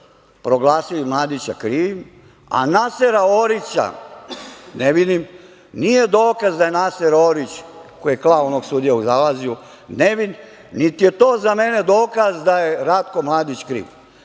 proglasili Mladića krivim, a Nasera Orića ne vidim, nije dokaz da je Naser Orić, koji je klao onog sudiju u Zalazju nevin, niti je to za mene dokaz da je Ratko Mladić kriv.